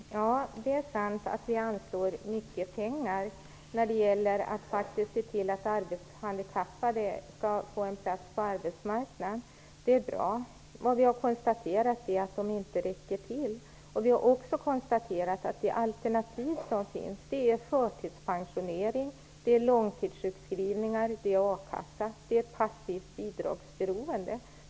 Herr talman! Det är sant att vi anslår mycket pengar för att se till att arbetshandikappade skall få en plats på arbetsmarknaden. Det är bra. Vad vi har konstaterat är att de inte räcker till. Vi har också konstaterat att de alternativ som finns är förtidspensionering, långtidssjukskrivningar, akassa och passivt bidragsberoende.